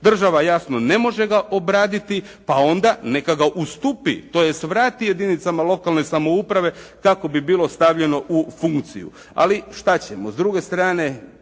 Država jasno ne može ga obraditi pa onda neka ga ustupi tj. vrati jedinicama lokalne samouprave kako bi bilo stavljeno u funkciju. Ali šta ćemo. S druge strane